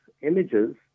images